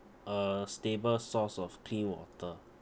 a stable source of clean water